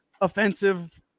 offensive